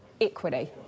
equity